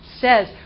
says